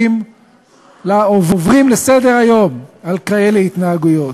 עוברים לסדר-היום על כאלה התנהגויות?